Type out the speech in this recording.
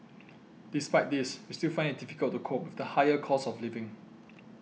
despite this we still find it difficult to cope with the higher cost of living